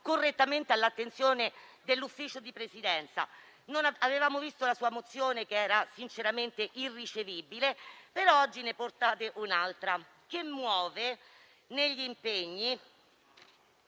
correttamente all'attenzione dell'Ufficio di Presidenza. Avevamo visto la sua mozione, che era sinceramente irricevibile, però oggi ne presentate un'altra, dove si legge: